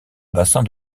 bassin